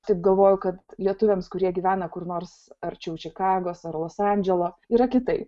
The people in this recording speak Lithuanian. taip galvoju kad lietuviams kurie gyvena kur nors arčiau čikagos ar los andželo yra kitaip